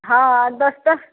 हँ दश दश